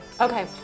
Okay